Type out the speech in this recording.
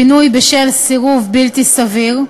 (פינוי בשל סירוב בלתי סביר),